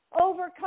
overcome